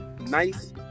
nice